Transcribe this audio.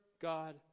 God